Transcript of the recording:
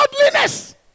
godliness